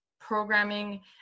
programming